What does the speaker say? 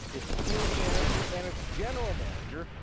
its field manager and its general manager,